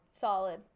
Solid